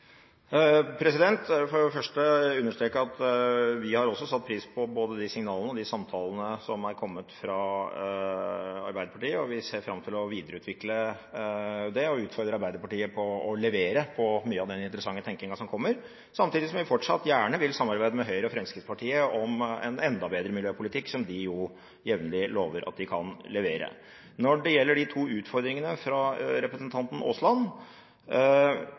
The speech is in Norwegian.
For det første vil jeg understreke at vi har også satt pris på både samtalene og de signalene som er kommet fra Arbeiderpartiet. Vi ser fram til å videreutvikle det og utfordrer Arbeiderpartiet på å levere på mye av den interessante tenkingen som kommer, samtidig som vi fortsatt gjerne vil samarbeide med Høyre og Fremskrittspartiet om en enda bedre miljøpolitikk, som de jo jevnlig lover at de kan levere. Når det gjelder de to utfordringene fra representanten Aasland,